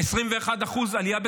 21% עלייה בקטלניות.